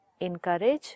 encourage